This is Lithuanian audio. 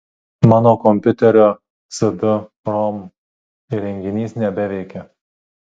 mano kompiuterio cd rom įrenginys nebeveikia